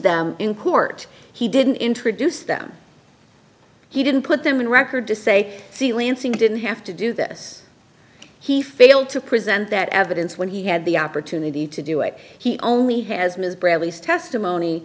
them in court he didn't introduce them he didn't put them on record to say see lancing didn't have to do this he failed to present that evidence when he had the opportunity to do it he only has ms bradley's testimony